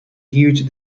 huge